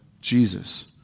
Jesus